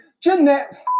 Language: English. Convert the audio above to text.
Jeanette